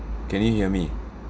can you hear me